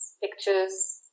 pictures